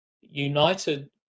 united